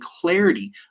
clarity